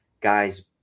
guys